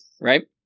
right